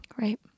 Right